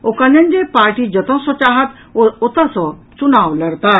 ओ कहलनि जे पार्टी जतऽ सॅ चाहत ओ ओतऽ सॅ चुनाव लड़ताह